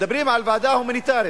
מדברים על ועדה הומניטרית.